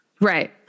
Right